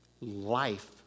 life